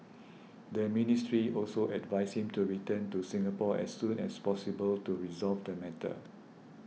the ministry also advised him to return to Singapore as soon as possible to resolve the matter